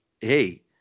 hey